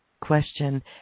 question